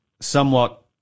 somewhat